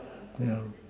yeah